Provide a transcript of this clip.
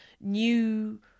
new